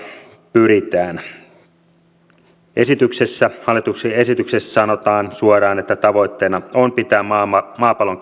pyritään hallituksen esityksessä sanotaan suoraan että tavoitteena on pitää maapallon